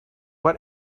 what